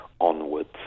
onwards